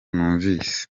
numvise